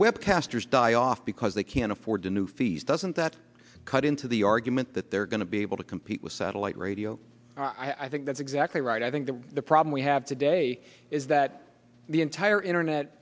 web casters die off because they can't afford a new fees doesn't that cut into the argument that they're going to be able to compete with satellite radio i think that's exactly right i think that the problem we have today is that the entire internet